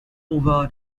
over